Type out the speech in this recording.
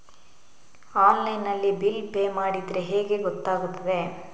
Online ನಲ್ಲಿ bill pay ಮಾಡಿದ್ರೆ ಹೇಗೆ ಗೊತ್ತಾಗುತ್ತದೆ?